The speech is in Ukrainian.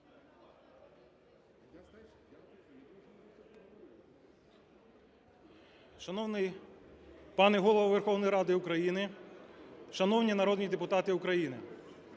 Шановний пане Голово Верховної Ради України, шановні народні депутати України!